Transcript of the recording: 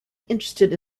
interested